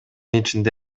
ичинде